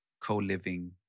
co-living